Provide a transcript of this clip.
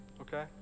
Okay